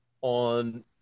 on